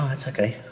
um that's okay.